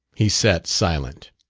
he sat silent.